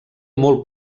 molt